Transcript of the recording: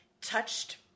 touched